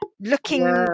looking